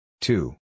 Two